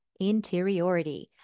interiority